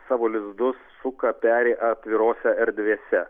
savo lizdus suka peri atvirose erdvėse